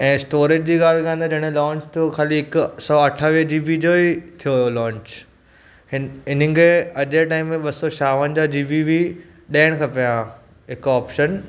ऐ storage जी ॻाल्हि कयां त जॾहिं लॉन्च थियो ख़ाली हिकु सौ अठावीह जीबी जो ई थियो हुओ लॉन्च हिन हिन करे अॼ जे टाइम ॿ सौ छावंजाहु जीबी बि ॾियणु खपे आहे हिकु ऑप्शन